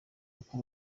uko